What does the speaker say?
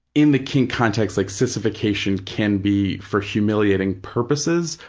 in the kink context, like sissification can be for humiliating purposes,